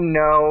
no